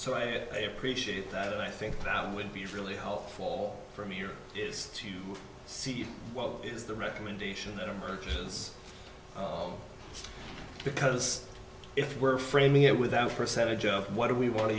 so i appreciate that i think that would be really helpful for me is to see what is the recommendation that says because if we're framing it without percentage of what do we want to